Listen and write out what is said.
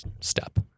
step